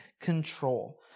control